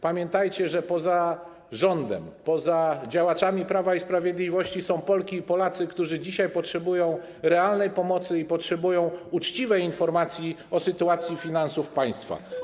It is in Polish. Pamiętajcie, że poza rządem, poza działaczami Prawa i Sprawiedliwości są Polki i Polacy, którzy dzisiaj potrzebują realnej pomocy i uczciwej informacji o sytuacji finansów państwa.